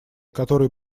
которые